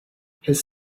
his